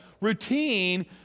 Routine